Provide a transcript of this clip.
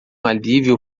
alívio